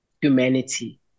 humanity